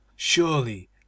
Surely